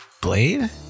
blade